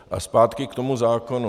A zpátky k tomu zákonu.